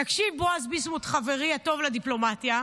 תקשיב, בועז ביסמוט, חברי הטוב לדיפלומטיה,